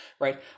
right